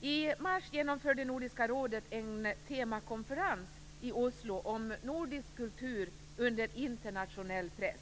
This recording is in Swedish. I mars genomförde Nordiska rådet ett temakonferens i Oslo om nordisk kultur under internationell press.